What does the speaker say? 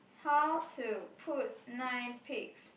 how to put nine pigs